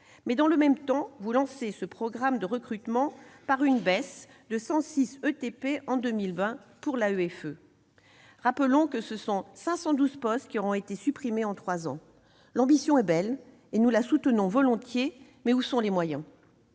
Mais, dans le même temps, vous lancez ce programme de recrutement par une baisse de 106 ETP en 2020 pour l'AEFE, monsieur le ministre. Rappelons que ce sont 512 postes qui auront été supprimés en trois ans. L'ambition est belle, et nous la soutenons volontiers, mais où sont les moyens ?